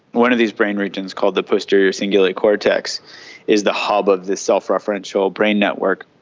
one of these brain regions called the posterior singular cortex is the hub of this self-referential brain network,